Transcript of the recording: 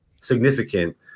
significant